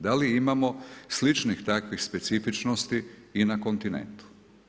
Da li imamo sličnih takvih specifičnosti i na kontinentu?